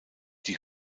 die